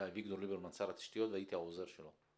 היה אביגדור ליברמן שר התשתיות והייתי העוזר שלו.